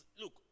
Look